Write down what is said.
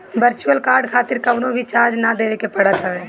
virtual card खातिर कवनो भी चार्ज ना देवे के पड़त हवे